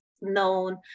known